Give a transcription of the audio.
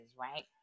right